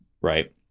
right